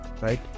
Right